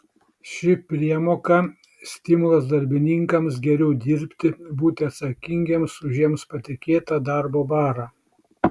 ši priemoka stimulas darbininkams geriau dirbti būti atsakingiems už jiems patikėtą darbo barą